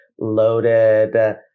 loaded